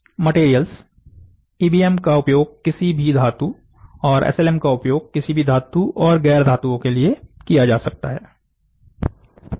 materials EBM का उपयोग किसी भी धातु और एसएलएम का उपयोग किसी भी धातु और गैर धातुओं के लिए किया जा सकता है